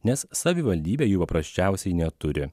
nes savivaldybė jų paprasčiausiai neturi